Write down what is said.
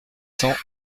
cents